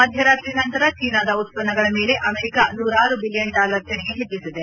ಮಧ್ಯರಾತ್ರಿ ನಂತರ ಚೀನಾದ ಉತ್ಪನ್ನಗಳ ಮೇಲೆ ಅಮೆರಿಕಾ ನೂರಾರು ಬಿಲಿಯನ್ ಡಾಲರ್ ತೆರಿಗೆ ಹೆಚ್ಚಿಬಿದೆ